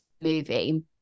movie